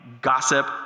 gossip